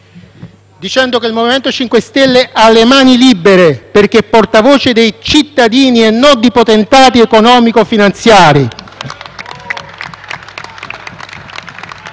dicendo che il MoVimento 5 Stelle ha le mani libere, perché è portavoce dei cittadini e non di potentati economico-finanziari.